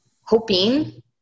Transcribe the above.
hoping